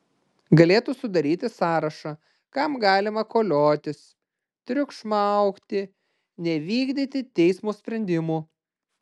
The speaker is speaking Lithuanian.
galėtų sudaryti sąrašą kam galima koliotis triukšmauti nevykdyti teismo sprendimų